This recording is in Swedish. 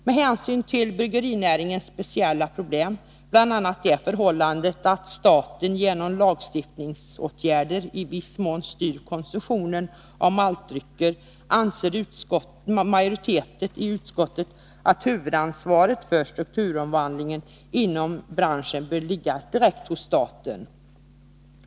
Med hänsyn till bryggeribranschens speciella problem, bl.a. det förhållandet att staten genom lagstiftningsåtgärder i viss mån styr konsumtionen av maltdrycker, anser majoriteten i utskottet att huvudansvaret för strukturomvandlingen inom branschen bör ligga direkt hos staten.